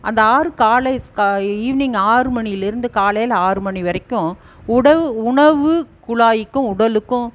அந்த ஆறு காலை ஈவ்னிங் ஆறு மணியிலிருந்து காலையில் ஆறு மணி வரைக்கும் உடவு உணவு குழாய்க்கும் உடலுக்கும்